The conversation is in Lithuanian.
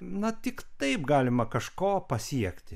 na tik taip galima kažko pasiekti